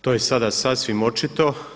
To je sada sasvim očito.